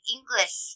English